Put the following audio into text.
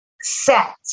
set